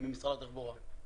ממשרד התחבורה.